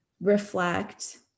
reflect